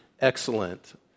excellent